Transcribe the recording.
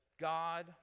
God